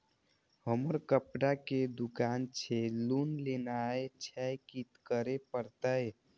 हमर कपड़ा के दुकान छे लोन लेनाय छै की करे परतै?